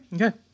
Okay